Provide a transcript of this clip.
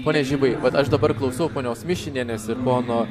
pone žibai vat aš dabar klausau ponios mišinienės ir pono